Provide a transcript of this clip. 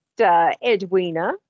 Edwina